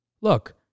Look